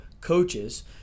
coaches